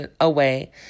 away